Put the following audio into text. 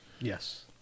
yes